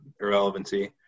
irrelevancy